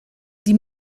die